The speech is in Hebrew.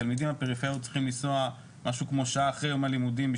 תלמידים בפריפריות צריכים לנסוע משהו כמו שעה אחרי יום הלימודים.